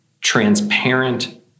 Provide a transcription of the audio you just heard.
transparent